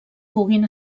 puguin